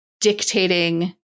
dictating